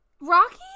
Rocky